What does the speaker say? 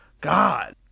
God